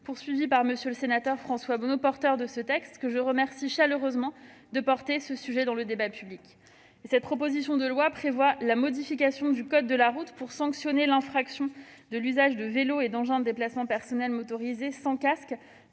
l'intention de M. le sénateur François Bonneau, auteur de ce texte, que je remercie chaleureusement de porter ce sujet dans le débat public. Cette proposition de loi prévoit la modification du code de la route pour sanctionner l'infraction de l'usage de vélos et d'engins de déplacement personnel motorisés sans casque,